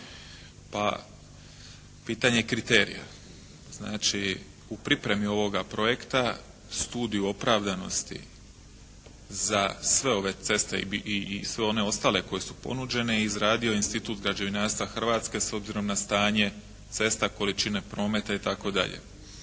Pa, pitanje kriterija. Znači, u pripremi ovoga projekta studiju opravdanosti za sve ove ceste i sve one ostale koje su ponuđene izradio je Institut građevinarstva Hrvatske s obzirom na stanje cesta, količine prometa itd.